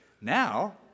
Now